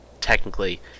technically